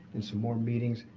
and some more meetings.